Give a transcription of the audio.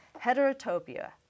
Heterotopia